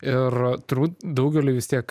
ir turbūt daugeliui vis tiek